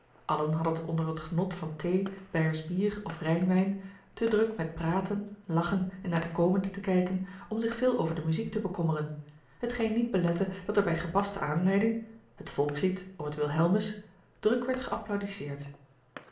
allen hadden het onder t genot van thee beiersch bier of rijnwijn te druk met praten lachen en naar de komenden te kijken om zich veel over de muziek te bekommeren hetgeen niet belette dat er bij gepaste aanleiding het volkslied of het wilhelmus druk werd